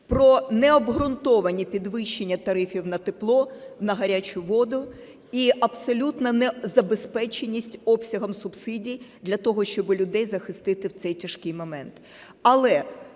про необґрунтовані підвищення тарифів на тепло, на гарячу воду і абсолютну незабезпеченість обсягом субсидій для того, щоб людей захистити в цей тяжкий момент.